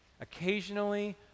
occasionally